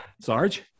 Sarge